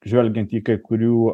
žvelgiant į kai kurių